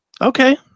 okay